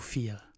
Feel